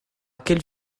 quelle